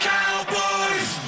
Cowboys